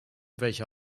welcher